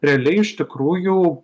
realiai iš tikrųjų